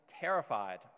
terrified